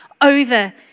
over